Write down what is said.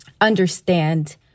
understand